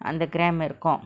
அந்த:andtha gram இருக்கு:irukku